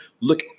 Look